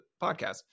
podcast